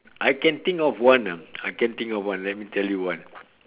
I can think of one ah I can think of one let me tell you one